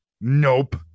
nope